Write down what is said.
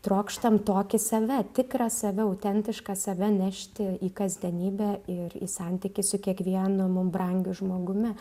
trokštam tokį save tikrą save autentišką save nešti į kasdienybę ir į santykį su kiekvienu mum brangiu žmogumi